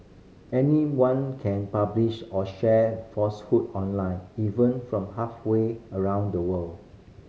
anyone can publish or share falsehood online even from halfway around the world